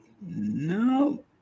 No